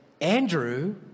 Andrew